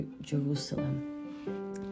jerusalem